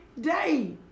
day